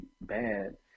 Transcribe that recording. Bad